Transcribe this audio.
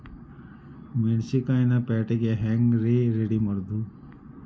ಮೆಣಸಿನಕಾಯಿನ ಪ್ಯಾಟಿಗೆ ಹ್ಯಾಂಗ್ ರೇ ರೆಡಿಮಾಡೋದು?